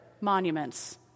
monuments